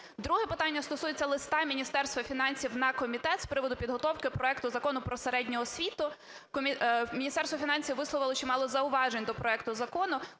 Друге питання стосується листа Міністерства фінансів на комітет з приводу підготовки проекту Закону про середню освіту. Міністерство фінансів висловило чимало зауважень до проекту закону.